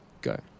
Go